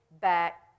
back